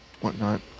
whatnot